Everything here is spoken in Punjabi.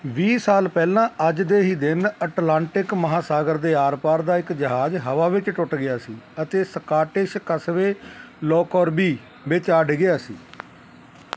ਵੀਹ ਸਾਲ ਪਹਿਲਾਂ ਅੱਜ ਦੇ ਹੀ ਦਿਨ ਅਟਲਾਂਟਿਕ ਮਹਾਂਸਾਗਰ ਦੇ ਆਰ ਪਾਰ ਦਾ ਇੱਕ ਜਹਾਜ਼ ਹਵਾ ਵਿੱਚ ਟੁੱਟ ਗਿਆ ਸੀ ਅਤੇ ਸਕਾਟਿਸ਼ ਕਸਬੇ ਲੌਕਰਬੀ ਵਿੱਚ ਆ ਡਿੱਗਿਆ ਸੀ